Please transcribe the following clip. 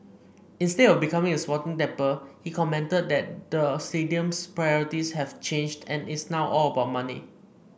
instead of becoming a sporting temple he commented that the stadium's priorities have changed and it's now all about money